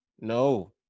No